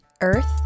earth